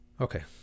Okay